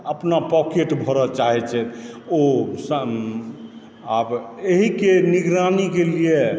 अपना पॉकेट भरऽ चाहै छथि ओसभ आब एहिके निगरानी के लिए